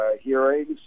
hearings